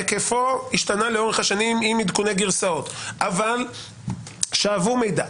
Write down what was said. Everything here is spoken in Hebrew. היקפו השתנה לאורך השנים עם עדכוני גרסאות אבל שאבו מידע.